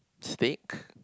steak